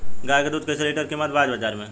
गाय के दूध कइसे लीटर कीमत बा बाज़ार मे?